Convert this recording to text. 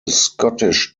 scottish